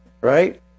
right